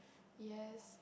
yes